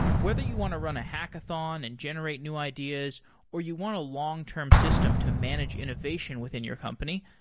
whether you want to run a hackathon and generate new ideas or you want a long-term system to manage innovation within your company,